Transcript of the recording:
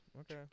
Okay